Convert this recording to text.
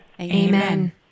Amen